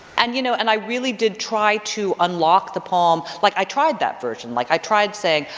and, you know and i really did try to unlock the poem. like i tried that version like i tried saying,